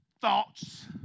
thoughts